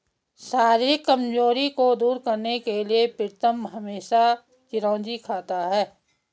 शारीरिक कमजोरी को दूर करने के लिए प्रीतम हमेशा चिरौंजी खाता है